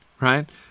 right